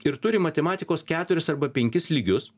ir turi matematikos keturis arba penkis lygius